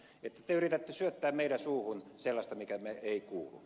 te yritätte syöttää meidän suuhumme sellaista mikä meille ei kuulu